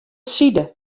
side